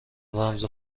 رمز